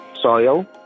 soil